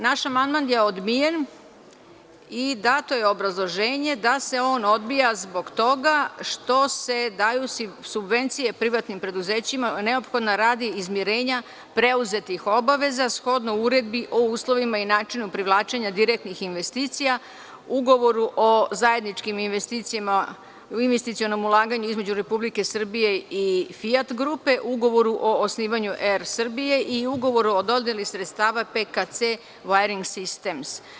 Naš amandman je odbijen i dato je obrazloženje da se on odbija zbog toga što se daju subvencije privatnim preduzećima neophodna radi izmirenja preuzetih obaveza shodno Uredbi o uslovima i načinu privlačenja direktnih investicija, Ugovoru o investicionom ulaganju između Republike Srbije i „Fijat grupe“, Ugovoru o osnivanju „Er Srbija“ i Ugovor o dodeli sredstava „PKC Vajring sistem“